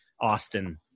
Austin